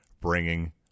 bringing